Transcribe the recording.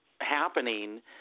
happening